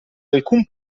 alcun